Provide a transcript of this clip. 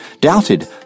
doubted